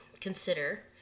consider